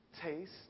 taste